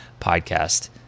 podcast